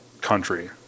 country